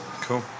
Cool